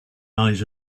eyes